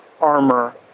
armor